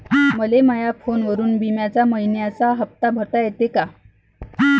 मले माया फोनवरून बिम्याचा मइन्याचा हप्ता भरता येते का?